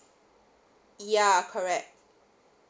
ya correct